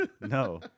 No